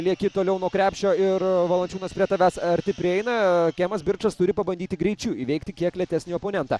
lieki toliau nuo krepšio ir valančiūnas prie tavęs arti prieina kemas birčas turi pabandyti greičiu įveikti kiek lėtesnį oponentą